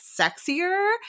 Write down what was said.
sexier